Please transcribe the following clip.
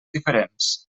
diferents